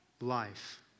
life